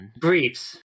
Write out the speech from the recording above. briefs